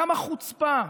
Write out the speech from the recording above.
כמה חוצפה,